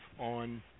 on –